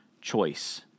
choice